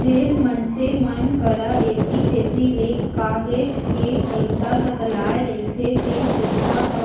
जेन मनसे मन करा ऐती तेती ले काहेच के पइसा सकलाय रहिथे तेन पइसा ह